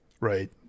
Right